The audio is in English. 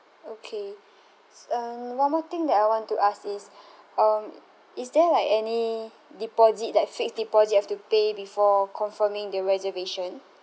okay s~ um one more thing that I want to ask is um is there like any deposit like fixed deposit I've to pay before confirming the reservation